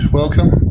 welcome